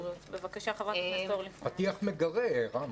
חברת הכנסת אורלי פרומן.